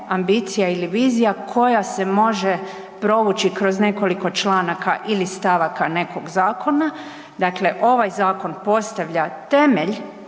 ambicija ili vizija koja se može provući kroz nekoliko članaka ili stavaka nekog zakona. Dakle, ovaj zakon postavlja temelj,